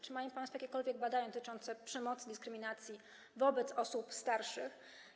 Czy mają państwo jakiekolwiek badania dotyczące stosowania przemocy, dyskryminacji wobec osób starszych?